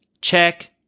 Check